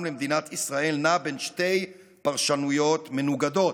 למדינת ישראל נע בין שתי פרשנויות מנוגדות: